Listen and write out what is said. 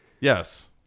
Yes